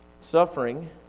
Suffering